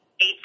eight